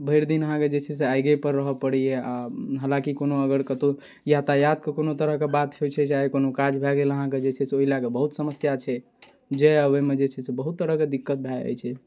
भैरदिन अहाँके जे छै से आगिये पर रहऽ पड़ैया आओर हलाकि कोनो अगर कतौ यातायातके कोनो तरहके बात होइ छै जे आइ कोनो काज भए गेल अहाँके जे से ओहि लए कऽ बहुत समस्या छै जे ओहिमे जे छै से बहुत तरहके दिक्कत भए जाइ छै